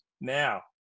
Now